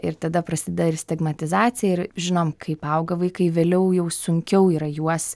ir tada prasideda ir stigmatizacija ir žinom kaip auga vaikai vėliau jau sunkiau yra juos